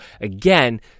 again